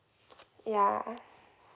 ya